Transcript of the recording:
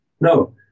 No